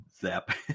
zap